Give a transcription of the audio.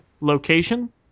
Location